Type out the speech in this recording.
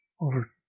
over